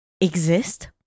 exist